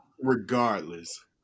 regardless